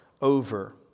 over